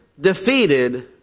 defeated